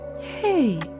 Hey